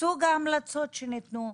סוג ההמלצות שניתנו,